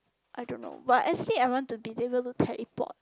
I don't know but as in I want to be able to teleport